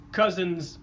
cousins